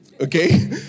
okay